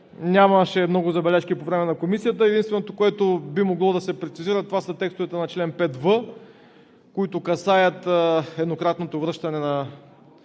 нямаше много забележки по време на Комисията. Единственото, което би могло да се прецизира, това са текстовете на чл. 5в, които касаят еднократното връщане на